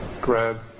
grab